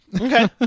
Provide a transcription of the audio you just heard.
Okay